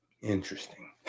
Interesting